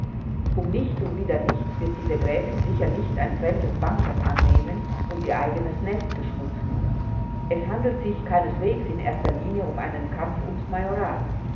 um nichts und wieder nichts wird diese gräfin sicher nicht ein fremdes bankert annehmen und ihr eigenes nest beschmutzen es handelt sich keineswegs in erster linie um einen kampf ums majorat